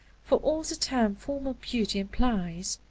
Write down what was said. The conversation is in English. for all the term formal beauty implies,